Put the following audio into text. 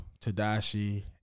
Tadashi